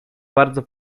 bardzo